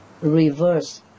reverse